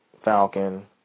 Falcon